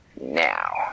Now